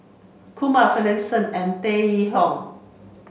Kumar Finlayson and Tan Yee Hong